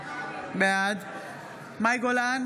בעד מאי גולן,